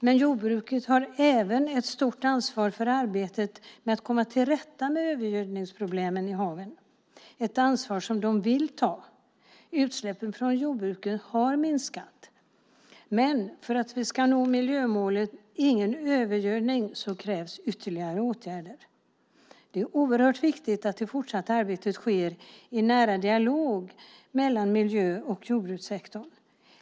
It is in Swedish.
Men jordbruket har även ett stort ansvar för arbetet med att komma till rätta med övergödningsproblemen i havet - ett ansvar som de vill ta. Utsläppen från jordbruket har minskat, men för att vi ska nå miljömålet Ingen övergödning krävs det fler åtgärder. Det är oerhört viktigt att det fortsatta arbetet sker i nära dialog mellan miljö och jordbrukssektorn.